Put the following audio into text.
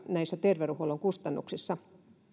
näissä terveydenhuollon kustannuksissa